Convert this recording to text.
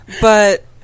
but-